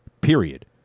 period